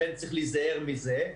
לכן צריך להיזהר מזה.